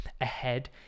ahead